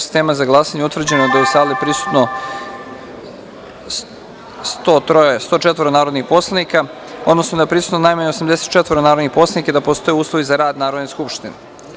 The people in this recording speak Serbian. sistema za glasanje utvrđeno da je u sali prisutno 104 narodna poslanika, odnosno da je prisutno najmanje 84 narodna poslanika i da postoje uslovi za rad Narodne skupštine.